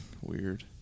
Weird